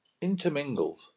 intermingled